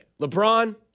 LeBron